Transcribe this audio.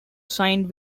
signed